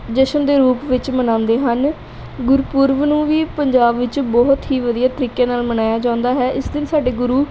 ਜਸ਼ਨ ਦੇ ਰੂਪ ਵਿੱਚ ਮਨਾਉਂਦੇ ਹਨ ਗੁਰਪੁਰਬ ਨੂੰ ਵੀ ਪੰਜਾਬ ਵਿੱਚ ਬਹੁਤ ਹੀ ਵਧੀਆ ਤਰੀਕੇ ਨਾਲ ਮਨਾਇਆ ਜਾਂਦਾ ਹੈ ਇਸ ਦਿਨ ਸਾਡੇ ਗੁਰੂ